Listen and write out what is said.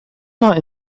not